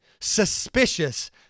suspicious